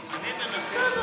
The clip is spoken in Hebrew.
נכון.